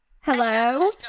Hello